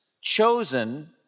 chosen